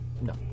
No